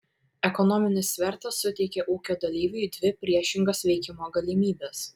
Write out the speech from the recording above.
ekonominis svertas suteikia ūkio dalyviui dvi priešingas veikimo galimybes